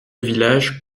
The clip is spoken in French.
village